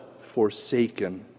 forsaken